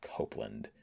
Copeland